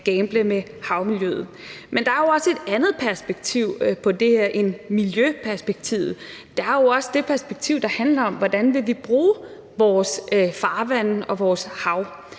gamble med havmiljøet. Men der er jo også et andet perspektiv på det her end miljøperspektivet. Der er jo også det perspektiv, der handler om, hvordan vi vil bruge vores farvande og vores hav.